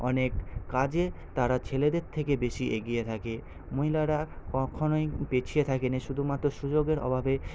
অনেক কাজে তারা ছেলেদের থেকে বেশি এগিয়ে থাকে মহিলারা কখনোই পিছিয়ে থাকে না শুধুমাত্র সুযোগের অভাবে